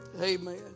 Amen